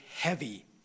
heavy